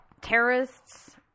Terrorists